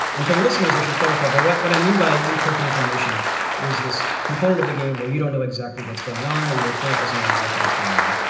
and for the listeners, i should clarify. but what what i mean by imperfect information is this component of the game where you don't know exactly what's going on or your opponent doesn't know exactly what's going on.